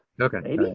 Okay